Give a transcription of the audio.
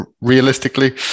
realistically